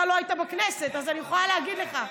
אתה לא היית בכנסת, אז אני יכולה להגיד לך,